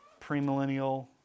premillennial